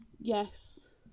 Yes